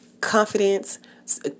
confidence